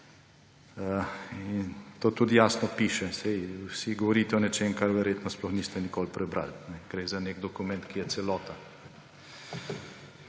to tudi jasno piše, saj vsi govorite o nečem, česar verjetno sploh niste nikoli prebrali, gre za nek dokument, ki je celota.